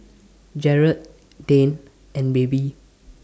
Jerad Dane and Baby